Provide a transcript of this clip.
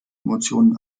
emotionen